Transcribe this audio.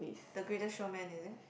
the Greatest-Showman is it